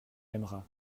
aimeras